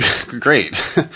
great